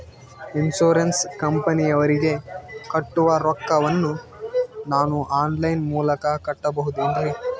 Insurance ಕಂಪನಿಯವರಿಗೆ ಕಟ್ಟುವ ರೊಕ್ಕ ವನ್ನು ನಾನು ಆನ್ ಲೈನ್ ಮೂಲಕ ಕಟ್ಟಬಹುದೇನ್ರಿ?